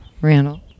Randall